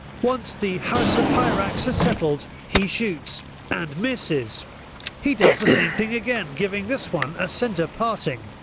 once the house of hyrax has setttled he shoots and misses he does the same thing again, giving this one a centre parting.